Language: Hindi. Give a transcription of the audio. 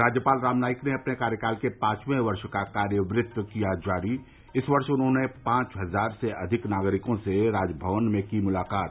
राज्यपाल राम नाईक ने अपने कार्यकाल के पांचवें वर्ष का कार्यवृत्त किया जारी इस वर्ष उन्होंने पांच हजार से अधिक नागरिकों से राजभवन में की मुलाकात